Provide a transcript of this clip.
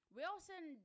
Wilson